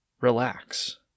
relax